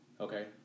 okay